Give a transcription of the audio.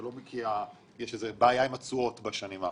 זה לא מגיע בגלל שיש בעיה עם התשואות אצלכם בשנים האחרונות.